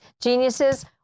Geniuses